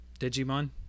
Digimon